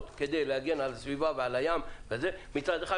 כדי להגן על הסביבה ועל הים מצד אחד,